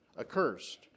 accursed